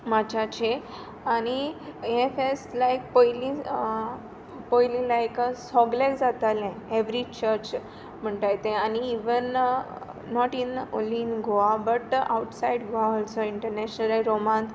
मार्चाचे आनी हें फेस्त लायक पयलीं पयलीं लायक सोगल्याक जातालें एवरी चर्च म्हुणताय तें आनी even not in only in Goa but outside Goa also international रोमांत आनी ती